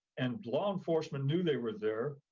and law enforcement knew they were there,